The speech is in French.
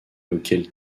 auquel